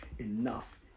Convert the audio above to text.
enough